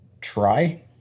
try